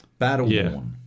Battleborn